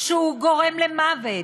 שהוא גורם למוות,